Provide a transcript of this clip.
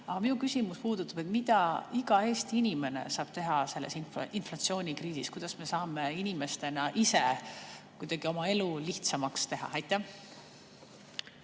Aga minu küsimus puudutab seda, mida iga Eesti inimene saab teha selles inflatsioonikriisis. Kuidas me saame ise kuidagi oma elu lihtsamaks teha? Aitäh